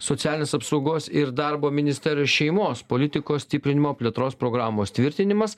socialinės apsaugos ir darbo ministerijos šeimos politikos stiprinimo plėtros programos tvirtinimas